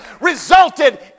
resulted